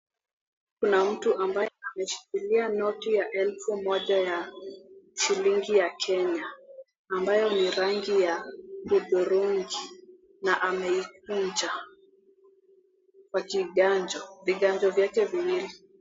Kuna mtu ambaye ameshikilia noti ya shilingi elfu moja ya shilingi ya Kenya ambayo ni rangi ya hudhurungi na ameikunja kwa kiganjo, viganjo vyake viwili.